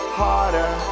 harder